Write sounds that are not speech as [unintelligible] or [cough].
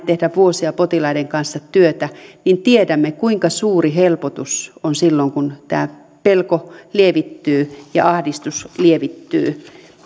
[unintelligible] tehdä vuosia potilaiden kanssa työtä tiedämme kuinka suuri helpotus on silloin kun tämä pelko lievittyy ja ahdistus lievittyy